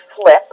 Flip